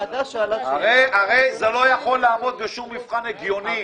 הרי זה לא יכול לעמוד בשום מבחן הגיוני.